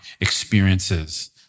experiences